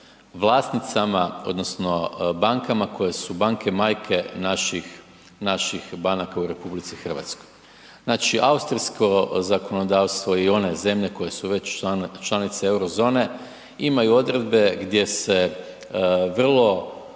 vlasnicama odnosno bankama koje su banke majke naših, naših banaka u RH. Znači austrijsko zakonodavstvo i one zemlje koje su već članice euro zone imaju odredbe gdje se vrlo